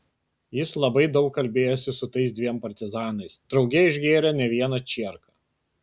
jis labai daug kalbėjosi su tais dviem partizanais drauge išgėrė ne vieną čierką